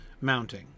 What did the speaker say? mounting